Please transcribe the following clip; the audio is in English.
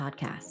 podcast